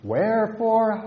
Wherefore